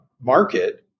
market